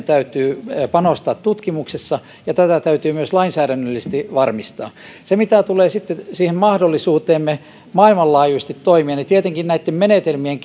täytyy panostaa tutkimuksessa ja tätä täytyy myös lainsäädännöllisesti varmistaa mitä tulee sitten siihen mahdollisuuteemme maailmanlaajuisesti toimia niin tietenkin näitten menetelmien